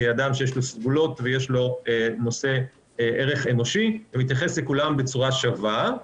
כאדם שיש לו סגולות ונושא ערך אנושי ומתייחס לכולם בצורה שווה,